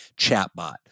chatbot